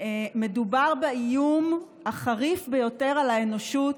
מדובר באיום החריף ביותר על האנושות.